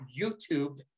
YouTube